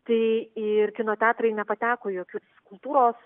tai ir kino teatrai nepateko jokių kultūros